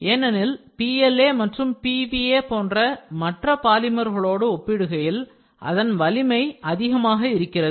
ஏனெனில் PLA மற்றும்PVA போன்ற மற்ற பாலிமர்களோடு ஒப்பிடுகையில் அதன் வலிமை அதிகமாக இருக்கிறது